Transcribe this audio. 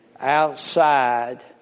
outside